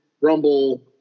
Rumble